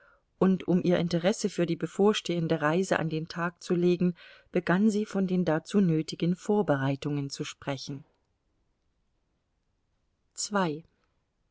und um ihr interesse für die bevorstehende reise an den tag zu legen begann sie von den dazu nötigen vorbereitungen zu sprechen